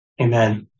Amen